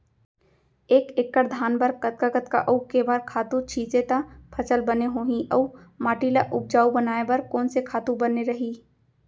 एक एक्कड़ धान बर कतका कतका अऊ के बार खातू छिंचे त फसल बने होही अऊ माटी ल उपजाऊ बनाए बर कोन से खातू बने रही?